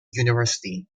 university